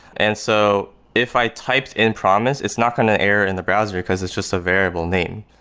and so if i typed in promise, it's not going to error in the browser, because it's just a variable name.